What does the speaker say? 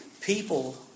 People